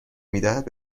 میدهد